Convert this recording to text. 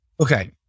okay